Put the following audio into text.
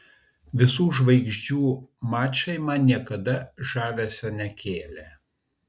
visų žvaigždžių mačai man niekada žavesio nekėlė